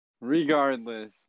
Regardless